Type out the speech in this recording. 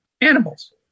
animals